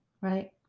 right